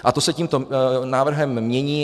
A to se tímto návrhem mění.